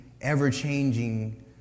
ever-changing